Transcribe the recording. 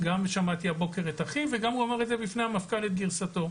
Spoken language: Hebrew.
גם שמעתי הבוקר את אחיו וגם הוא אמר למפכ"ל את גרסתו.